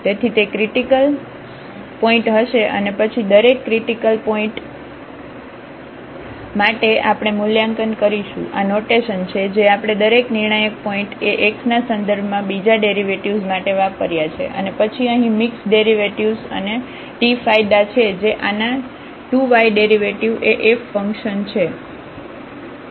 તેથી તે critical point હશે અને પછી દરેક ક્રિટીકલ પોઇન્ટ માટે આપણે મૂલ્યાંકનકરીશું આ નોટેશન છે જે આપણે દરેક નિર્ણાયક પોઇન્ટએ x ના સંદર્ભમાં બીજાડેરિવેટિવ્ઝ માટે વાપર્યા છે અને પછી અહીં મિક્સ ડેરિવેટિવ્ઝ અને t ફાયદા જે છે આના 2y ડેરિવેટિવ એ f ફંક્શન છે